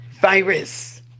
virus